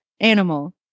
animal